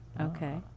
Okay